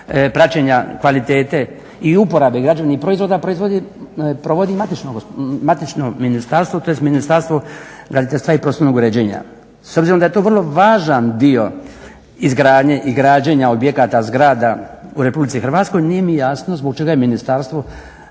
praćenja kvalitete i uporabe građevnih proizvoda provodi matično ministarstvo, tj. ministarstvo graditeljstva i prostornog uređenja. S obzirom da je to vrlo važan dio izgradnje i građenja objekata, zgrada u Republici Hrvatskoj nije mi jasno zbog čega je Ministarstvo